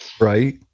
Right